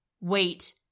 Wait